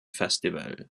festival